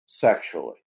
sexually